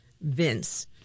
Vince